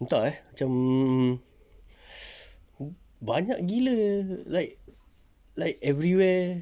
entah eh macam banyak gila like like everywhere